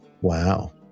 Wow